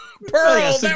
Pearl